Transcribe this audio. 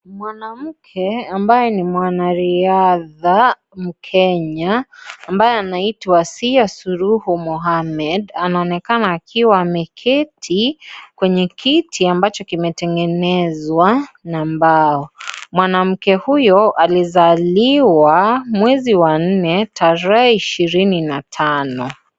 Mwanamke ambaye ni mwanariadha mkenya ambaye anaitwa Sia Suluhu Mohammed anaonekana akiwa ameketi kwenye kiti ambacho kimetengenezwa na mbao. Mwanamke huyo alizaliwa mwezi wa 4,tarahe 25.